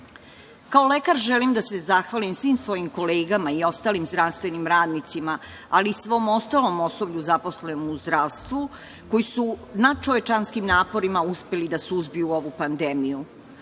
lekar želim da se zahvalim svim svojim kolegama i ostalim zdravstvenim radnicima, ali i svom ostalom osoblju zaposlenom u zdravstvu, koji su nad čovečanskim naporima uspeli da suzbiju ovu pandemiju.